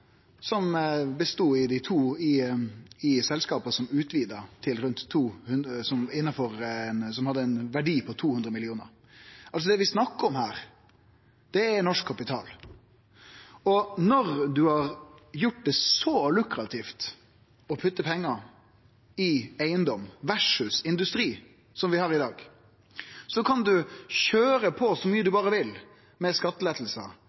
i selskapa som utvida som hadde ein verdi på 200 mill. kr. Så det vi snakkar om her, er norsk kapital. Og når ein har gjort det så lukrativt å putte pengar i eigedom versus industri som vi har i dag, kan ein køyre på så mykje ein berre vil med